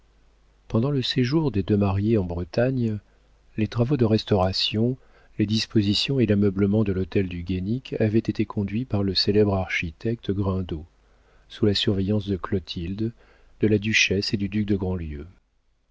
pendant le séjour des deux mariés en bretagne les travaux de restauration les dispositions et l'ameublement de l'hôtel du guénic avaient été conduits par le célèbre architecte grindot sous la surveillance de clotilde de la duchesse et du duc de